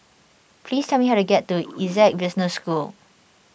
please tell me how to get to Essec Business School